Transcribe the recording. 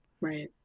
right